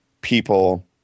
people